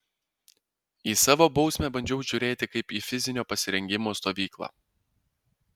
į savo bausmę bandžiau žiūrėti kaip į fizinio pasirengimo stovyklą